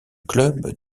club